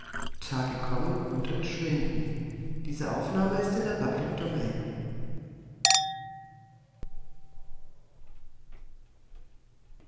tage kommen und entschwinden